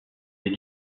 des